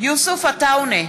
יוסף עטאונה,